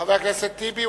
חבר הכנסת טיבי,